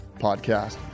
Podcast